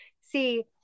See